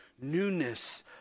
newness